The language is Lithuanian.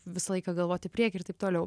visą laiką galvot į priekį ir taip toliau